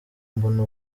mbona